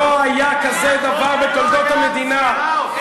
לא היה כזה דבר בתולדות המדינה.